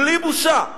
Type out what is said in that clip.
בלי בושה,